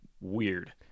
weird